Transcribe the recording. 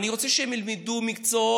אני רוצה שהם ילמדו מקצועות,